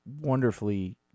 wonderfully